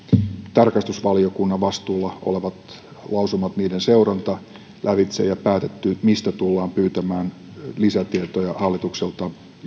tarkastusvaliokunnan vastuulla olevat lausumat niiden seuranta lävitse ja päätetty mistä tullaan pyytämään lisätietoja hallitukselta